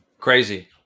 Crazy